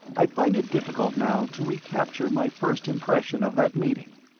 i find it difficult, now, to recapture my first impression of that meeting.